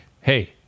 hey